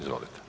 Izvolite.